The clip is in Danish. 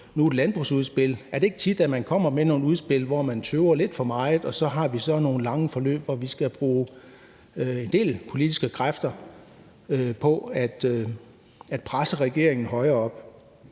og nu et landbrugsudspil. Er det ikke tit, at man kommer med et udspil, hvor man har tøvet lidt for meget, og hvor vi så har nogle lange forløb, hvor vi skal bruge en del politiske kræfter på at presse regeringen til et